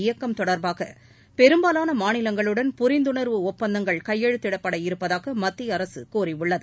இயக்கம் தொடர்பாக பெரும்பாலான மாநிலங்களுடன் புரிந்துணர்வு ஒப்பந்தங்கள் கையெழுத்திடப்பட இருப்பதாக மத்திய அரசு கூறியுள்ளது